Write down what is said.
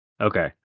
Okay